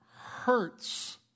hurts